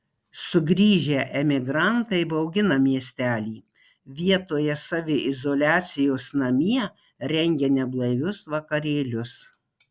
sugrįžę emigrantai baugina miestelį vietoje saviizoliacijos namie rengia neblaivius vakarėlius